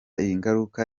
ingaruka